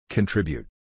Contribute